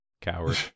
Coward